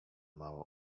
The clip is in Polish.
mało